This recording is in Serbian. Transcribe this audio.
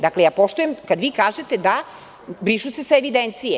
Dakle, ja poštujem kad vi kažete da brišu se sa evidencije.